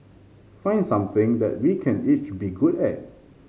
find something that we can each be good at